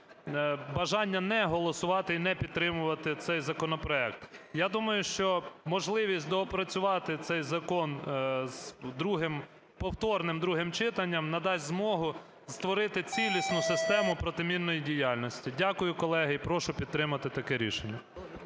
бажання не голосувати і не підтримувати цей законопроект. Я думаю, що можливість доопрацювати цей закон з другим, повторним другим читанням, надасть змогу створити цілісну систему протимінної діяльності. Дякую, колеги, і прошу підтримати таке рішення.